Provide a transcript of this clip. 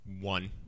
One